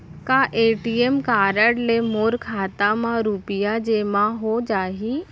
का ATM card ले मोर खाता म रुपिया जेमा हो जाही?